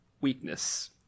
weakness